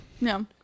No